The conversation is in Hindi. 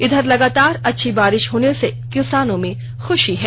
इधर लगातार अच्छी बारिश होने से किसानों में खुशी है